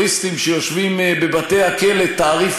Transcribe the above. בלשלם לטרוריסטים שיושבים בבתי-הכלא תעריף